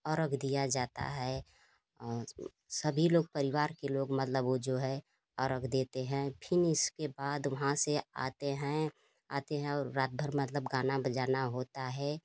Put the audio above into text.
अरक दिया जाता है और सभी लोग परिवार के लोग मतलब वह जो है अरक देते हैं फिर इसके बाद वहाँ से आते हैं आते हैं और रात भर मतलब गाना बजाना होता है